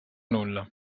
nulla